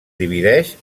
divideix